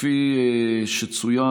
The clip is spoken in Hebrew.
כפי שצוין,